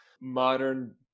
modern